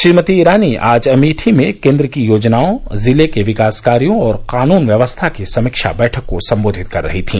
श्रीमती ईरानी आज अमेठी में केन्द्र की योजनाओं जिले के विकास कार्यों और कानून व्यवस्था की समीक्षा बैठक को संबोधित कर रही थी